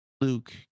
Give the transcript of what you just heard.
luke